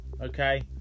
Okay